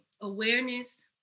awareness